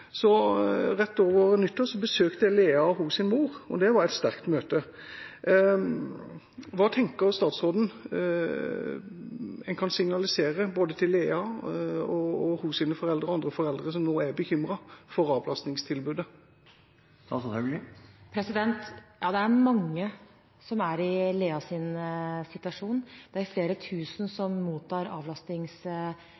Rett over nyttår besøkte jeg Leah og hennes mor, og det var et sterkt møte. Hva tenker statsråden man kan signalisere til både Leah og hennes foreldre og andre foreldre som nå er bekymret for avlastningstilbudet? Det er mange som er i samme situasjon som Leah. Det er flere